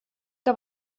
que